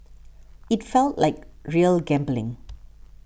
it felt like real gambling